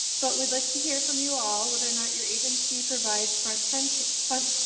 but we'd like to hear from you all, whether or not your agency provides front trench, fun,